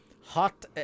hot